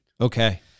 Okay